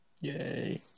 Yay